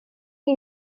chi